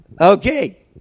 Okay